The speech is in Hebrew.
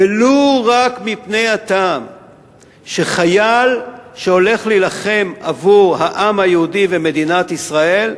ולו רק מפני הטעם שחייל שהולך להילחם עבור העם היהודי ומדינת ישראל,